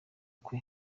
kwe